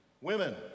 women